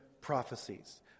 prophecies